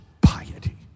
piety